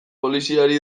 poliziari